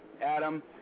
Adam